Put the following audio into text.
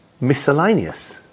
miscellaneous